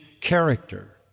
character